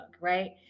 right